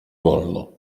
wolno